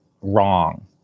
wrong